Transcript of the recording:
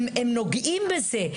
הם נוגעים בזה.